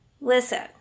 Listen